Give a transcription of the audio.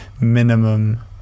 minimum